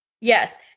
Yes